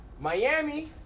Miami